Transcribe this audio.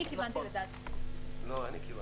אני אומר